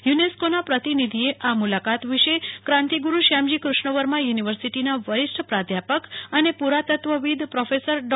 યુનેસ્કોના પ્રતિનિધિએ આ મુલાકાત વિશે ક્રાંતિગુરુ શ્યામજી કૃષ્ણવર્મા યુનિવર્સિટીના વરીષ્ઠ પ્રાધ્યાપક અને પુરાતત્વવિદ પ્રોફેસર ડો